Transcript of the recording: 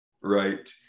right